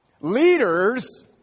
leaders